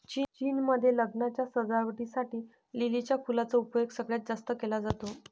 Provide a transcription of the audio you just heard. चीन मध्ये लग्नाच्या सजावटी साठी लिलीच्या फुलांचा उपयोग सगळ्यात जास्त केला जातो